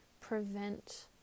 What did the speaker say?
prevent